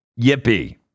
Yippee